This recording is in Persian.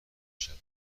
شود